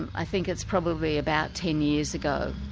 and i think it's probably about ten years ago.